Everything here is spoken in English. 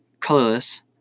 colorless